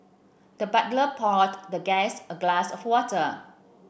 the butler poured the guest a glass of water